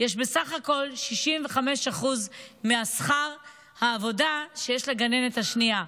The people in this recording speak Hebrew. יש בסך הכול 65% משכר העבודה שיש לגננת השנייה.